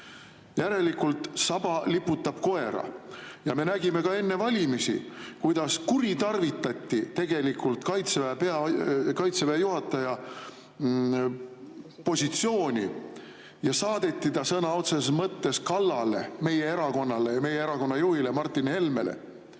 Järelikult saba liputab koera. Me nägime ka enne valimisi, kuidas kuritarvitati tegelikult Kaitseväe juhataja positsiooni ja saadeti ta sõna otseses mõttes kallale meie erakonnale ja meie erakonna juhile Martin Helmele,